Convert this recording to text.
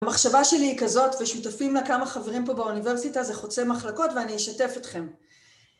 המחשבה שלי היא כזאת, ושותפים לה כמה חברים פה באוניברסיטה זה חוצה מחלקות ואני אשתף אתכם.